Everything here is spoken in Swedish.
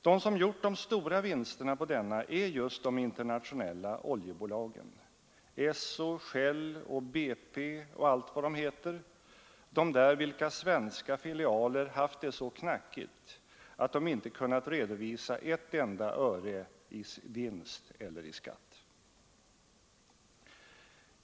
De som gjort de stora vinsterna på denna är just de internationella oljebolagen, Esso, Shell och BP och allt vad de heter, de där vilkas svenska filialer haft det så knackigt att de inte kunnat redovisa ett enda öre i vinst eller skatt.